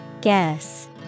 Guess